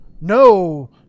no